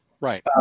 Right